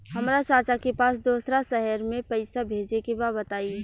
हमरा चाचा के पास दोसरा शहर में पईसा भेजे के बा बताई?